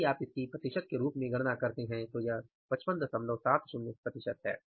यदि आप इसकी प्रतिशत के रूप में गणना करते हैं तो यह 5570 प्रतिशत है